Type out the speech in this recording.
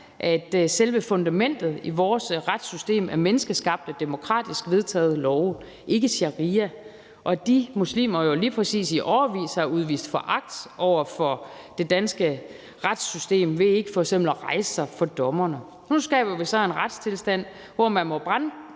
at selve fundamentet i vores retssystem er menneskeskabt af demokratisk vedtagede love, ikke sharia, og det er de muslimer, der lige præcis i årevis har udvist foragt over for det danske retssystem ved f.eks. ikke at rejse sig for dommerne. Nu skaber vi så en retstilstand, hvor man må brænde